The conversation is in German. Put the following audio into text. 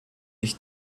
ich